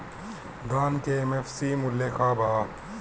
धान के एम.एफ.सी मूल्य का बा?